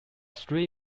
three